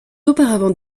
auparavant